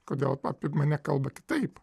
kodėl apie mane kalba kitaip